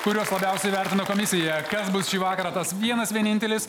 kurios labiausiai vertino komisija kas bus šį vakarą tas vienas vienintelis